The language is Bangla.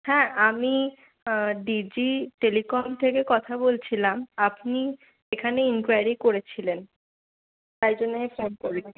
হ্যাঁ আমি ডিজি টেলিকম থেকে কথা বলছিলাম আপনি এখানে ইনকোয়ারি করেছিলেন তাই জন্যে আমি ফোন করলাম